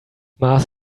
mars